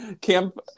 camp